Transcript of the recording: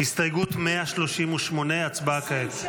הסתייגות 138, הצבעה כעת.